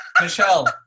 Michelle